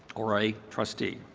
or a trustee.